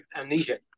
amnesia